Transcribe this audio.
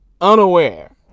unaware